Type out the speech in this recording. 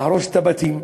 להרוס את הבתים.